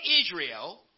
Israel